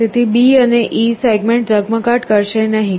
તેથી B અને E segments ઝગમગાટ કરશે નહીં